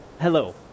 hello